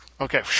Okay